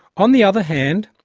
on the other hand,